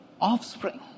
offspring